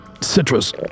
citrus